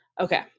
Okay